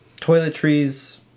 Toiletries